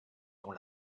dont